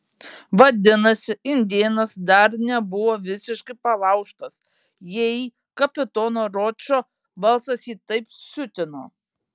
vadinasi indėnas dar nebuvo visiškai palaužtas jei kapitono ročo balsas jį taip siutino